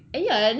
correct